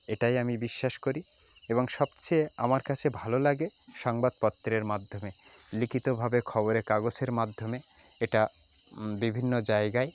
এটাই আমি বিশ্বাস করি এবং সবচেয়ে আমার কাছে ভালো লাগে সাংবাদপত্রের মাধ্যমে লিখিতভাবে খবরের কাগজের মাধ্যমে এটা বিভিন্ন জায়গায়